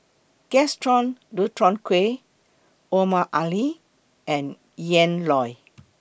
Gaston Dutronquoy Omar Ali and Ian Loy